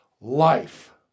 life